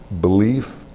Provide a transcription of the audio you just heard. belief